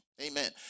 amen